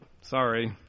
Sorry